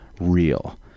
real